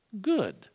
good